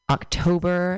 October